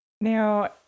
Now